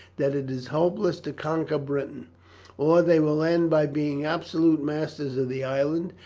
that it is hopeless to conquer britain or they will end by being absolute masters of the island,